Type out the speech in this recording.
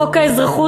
חוק האזרחות,